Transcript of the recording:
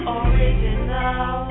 original